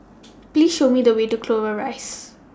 Please Show Me The Way to Clover Rise